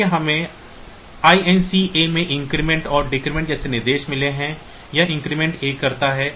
फिर हमें INC A में इन्क्रीमेंट और डिक्रीमेंट जैसे निर्देश मिले हैं यह इंक्रीमेंट A करता है